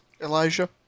Elijah